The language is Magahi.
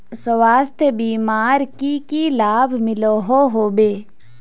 स्वास्थ्य बीमार की की लाभ मिलोहो होबे?